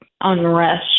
unrest